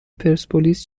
پرسپولیس